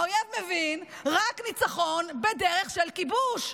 האויב מבין רק ניצחון בדרך של כיבוש.